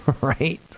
right